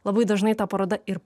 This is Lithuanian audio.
labai dažnai ta paroda ir